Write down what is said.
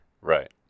Right